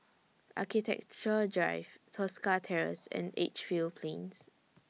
Architecture Drive Tosca Terrace and Edgefield Plains